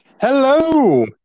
Hello